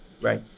right